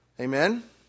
Amen